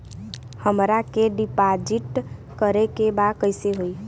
हमरा के डिपाजिट करे के बा कईसे होई?